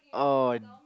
oh